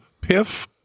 piff